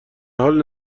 حال